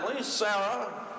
Sarah